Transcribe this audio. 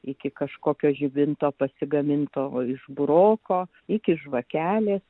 iki kažkokio žibinto pasigaminto o iš buroko iki žvakelės